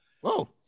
Whoa